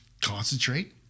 concentrate